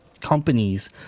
companies